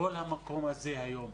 כל המקום הזה היום,